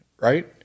right